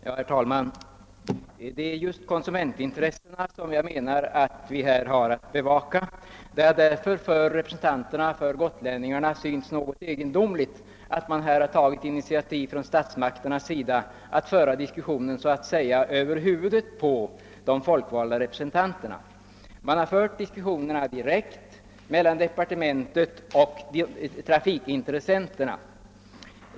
Herr talman! Det är just konsumentintressena som jag menar att vi har att bevaka i detta sammanhang. Det har därför för Gotlandsrepresentanterna synts något egendomligt att statsmakterna här fört en diskussion över huvudet på de folkvalda företrädarna. Man har fört diskussionerna direkt mellan departementet och trafikintressenterna.